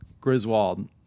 Griswold